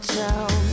town